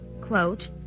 quote